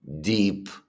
deep